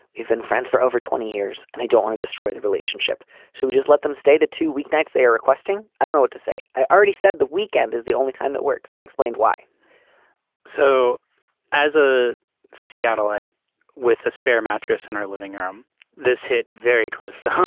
we've been friends for over twenty years and i don't wanna destroy the relationship so we just let them stay the two week they are requesting. i don't know what to say i already said the weekend is the only time that works and explained why so as a seattle light with a spare mattress in our living room this hit very close to